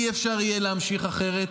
לא יהיה אפשר להמשיך אחרת.